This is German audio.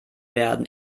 werden